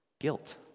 guilt